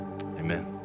amen